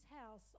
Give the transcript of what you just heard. house